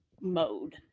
mode